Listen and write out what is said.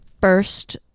first